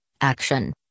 Action